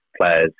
players